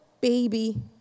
baby